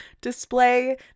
display